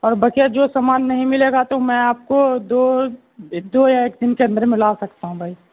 اور بقیہ جو سامان نہیں ملے گا تو میں آپ کو دو دو یا ایک دن کے اندر میں لا سکتا ہوں بھائی